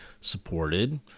supported